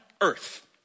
earth